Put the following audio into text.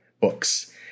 books